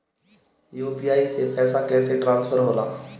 UPI से पैसा कैसे ट्रांसफर होला?